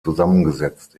zusammengesetzt